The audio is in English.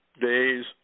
days